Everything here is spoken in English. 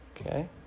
Okay